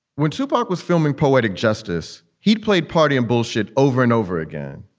when tupac was filming poetic justice, he'd played party and bullshit over and over again.